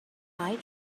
eye